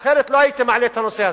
אחרת לא הייתי מעלה את הנושא הזה.